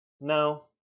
No